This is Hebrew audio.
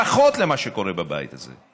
פחות למה שקורה בבית הזה,